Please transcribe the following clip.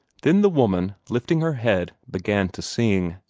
then the woman, lifting her head, began to sing.